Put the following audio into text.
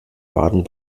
baden